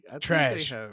trash